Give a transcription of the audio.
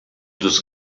dos